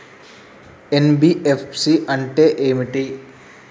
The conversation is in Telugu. ఎన్.బి.ఎఫ్.సి అంటే ఏమిటి?